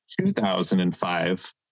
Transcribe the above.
2005